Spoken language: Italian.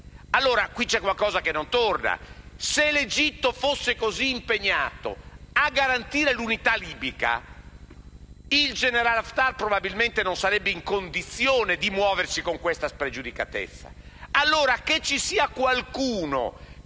allora qualcosa che non torna. Se l'Egitto fosse così impegnato a garantire l'unità libica, il generale Haftar non sarebbe probabilmente in condizioni di muoversi con questa spregiudicatezza.